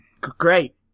Great